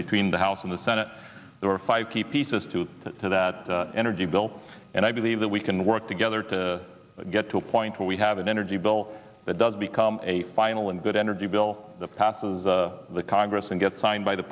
between the house and the senate there are five key pieces to to that energy bill and i believe that we can work together to get to a point where we have an energy bill that does become a final and good energy bill that passes the congress and gets signed by the